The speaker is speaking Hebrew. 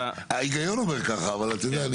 ההיגיון אומר ככה, אבל אתה יודע.